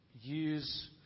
Use